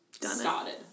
started